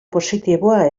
positiboa